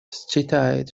считает